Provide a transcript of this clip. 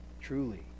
Truly